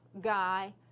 guy